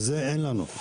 את זה אין לנו,